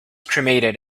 cremated